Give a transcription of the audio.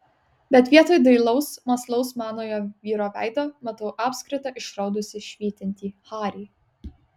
bet vietoj dailaus mąslaus manojo vyro veido matau apskritą išraudusį švytintį harį